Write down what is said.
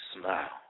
smile